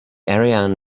ariane